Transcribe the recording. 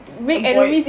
avoid